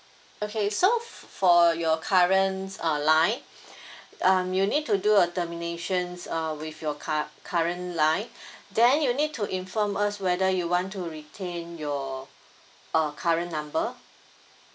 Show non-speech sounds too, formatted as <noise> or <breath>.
okay so for your current uh line <breath> um you need to do a terminations uh with your cur~ current line <breath> then you need to inform us whether you want to retain your uh current number